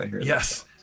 Yes